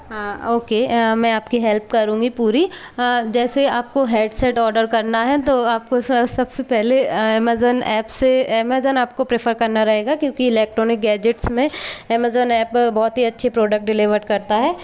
हाँ ओके मैं आपकी हैल्प करूंगी पूरी जैसे आपको हैडसेट ऑर्डर करना है तो आपको सबसे पहले अमेज़न एप से अमेज़न एप को प्रिफर करना रहेगा क्योंकि इलेक्ट्रॉनिक गैजेट्स में अमेज़न एप बहुत ही अच्छे प्रोडक्ट डेलिवर्ड करता है